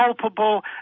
culpable